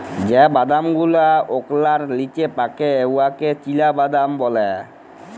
যে বাদাম গুলা ওকলার লিচে পাকে উয়াকে চিলাবাদাম ব্যলে